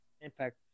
impact